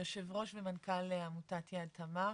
יו"ר ומנכ"ל עמותת יד תמר,